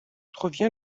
revient